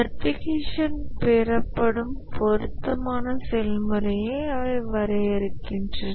certification பெறப்படும் பொருத்தமான செயல்முறையை அவை வரையறுக்கின்றன